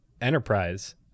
enterprise